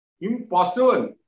Impossible